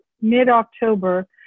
mid-October